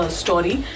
story